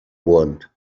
want